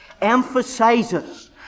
emphasizes